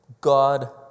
God